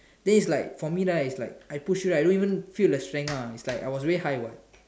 then it's like for me like I push you ah I don't even even feel the strength what because like I was way high what